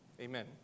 Amen